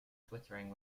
twittering